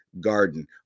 garden